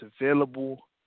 available